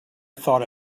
thought